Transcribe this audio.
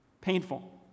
Painful